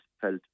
felt